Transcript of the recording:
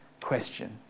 question